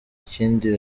ikindi